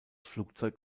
flugzeug